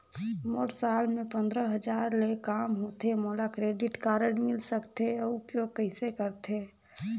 मोर साल मे पंद्रह हजार ले काम होथे मोला क्रेडिट कारड मिल सकथे? अउ उपयोग कइसे करथे?